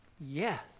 Yes